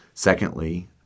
Secondly